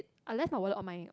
I left my wallet on my